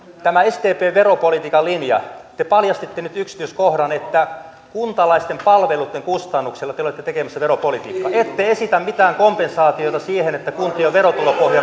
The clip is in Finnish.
tämä sdpn veropolitiikan linja te paljastitte nyt yksityiskohdan että kuntalaisten palveluitten kustannuksella te te olette tekemässä veropolitiikkaa ette esitä mitään kompensaatiota siihen että kuntien verotulopohja